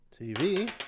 TV